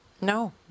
No